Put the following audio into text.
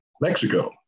Mexico